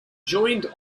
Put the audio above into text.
joined